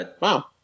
Wow